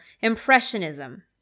Impressionism